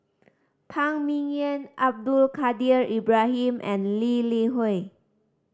Phan Ming Yen Abdul Kadir Ibrahim and Lee Li Hui